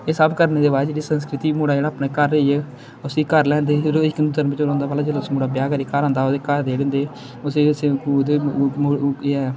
एह् सब्भ करने दे बाद च जे संस्कृति मुड़ा जेह्ड़ा अपने घर आइयै उस्सी घर लेआंदे फिर ओह् इक हिंदू धर्म च रौंह्दा भला जेल्लै उस मुड़े दा ब्याह् करियै घर औंदा ओह्दे घर दे जेह्ड़े होंदे उस्सी ओहदे इ'यै